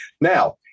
now